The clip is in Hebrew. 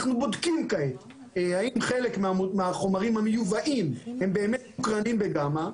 אנחנו בודקים כעת האם חלק מהחומרים המיובאים הם באמת מוקרנים בגמא.